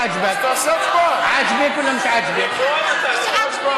(אומר בערבית: מוצא חן או לא מוצא חן.) אז תעשה הצבעה.